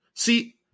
See